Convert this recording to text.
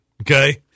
okay